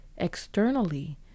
externally